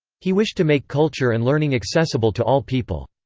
he wished to make culture and learning accessible to all people.